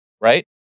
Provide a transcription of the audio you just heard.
Right